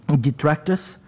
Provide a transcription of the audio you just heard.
detractors